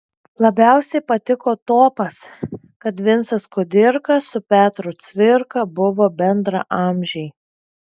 labiausiai patiko topas kad vincas kudirka su petru cvirka buvo bendraamžiai